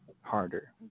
Harder